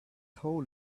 hole